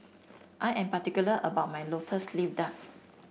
I am particular about my lotus leaf duck